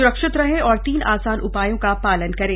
सुरक्षित रहें और तीन आसान उपायों का पालन करें